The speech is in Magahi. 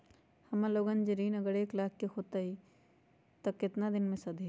हमन लोगन के जे ऋन अगर एक लाख के होई त केतना दिन मे सधी?